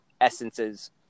essences